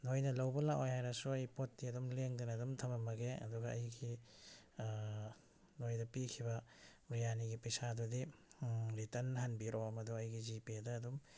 ꯅꯣꯏꯅ ꯂꯧꯕ ꯂꯥꯛꯑꯣꯏ ꯍꯥꯏꯔꯁꯨ ꯑꯩ ꯄꯣꯠꯇꯤ ꯑꯗꯨꯝ ꯂꯦꯡꯗꯅ ꯑꯗꯨꯝ ꯊꯃꯝꯃꯒꯦ ꯑꯗꯨꯒ ꯑꯩꯒꯤ ꯅꯣꯏꯗ ꯄꯤꯈꯤꯕ ꯕ꯭ꯔꯤꯌꯥꯅꯤꯒꯤ ꯄꯩꯁꯥꯗꯨꯗꯤ ꯔꯤꯇꯔꯟ ꯍꯟꯕꯤꯔꯛꯑꯣ ꯃꯗꯨ ꯑꯩꯒꯤ ꯖꯤꯄꯦꯗ ꯑꯗꯨꯝ